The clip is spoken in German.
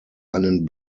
einen